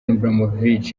ibrahimovic